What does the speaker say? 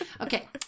Okay